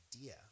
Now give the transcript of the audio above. idea